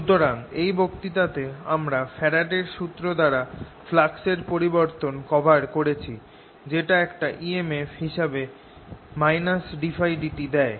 সুতরাং এই বক্তৃতাতে আমরা ফ্যারাডের সুত্র দ্বারা ফ্লাক্স এর পরিবর্তন কভার করেছি যেটা একটা emf হিসাবে ddtՓ দেয়